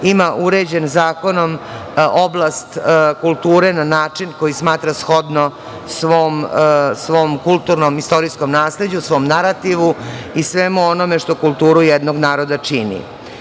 ima uređenu oblast kulture zakonom na način koji smatra shodno svom kulturno-istorijskom nasleđu, svom narativu i svemu onome što kulturu jednog naroda